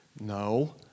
No